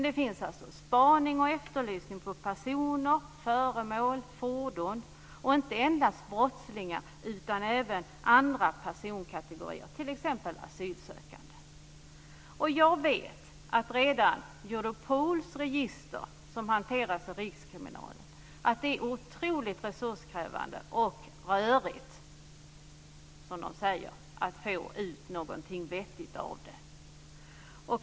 Det finns spaning och efterlysning av personer, föremål och fordon, och det gäller inte endast av brottslingar utan även andra personkategorier, t.ex. asylsökande. Jag vet att redan Europols register, som hanteras av Rikskriminalen, är otroligt resurskrävande och rörigt, som man säger, och det är svårt att få ut någonting vettigt av det.